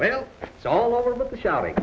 well it's all over but the shouting